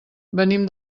venim